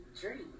dream